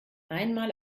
einmal